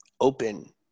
open